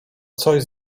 coś